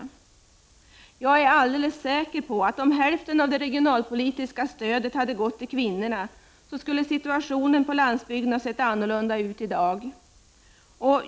Jag är alldeles säker på att situationen på landsbygden skulle ha sett annorlunda ut i dag om hälften av det regionalpolitiska stödet hade gått till kvinnorna.